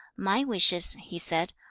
my wishes he said,